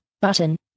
button